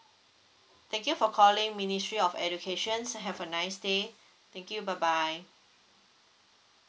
thank you for calling ministry of education have a nice day thank you bye bye